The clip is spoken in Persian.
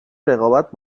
رقابت